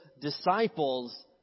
disciples